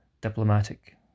diplomatic